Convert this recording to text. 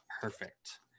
Perfect